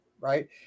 right